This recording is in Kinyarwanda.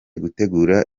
gutegura